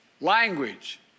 Language